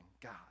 God